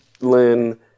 Lin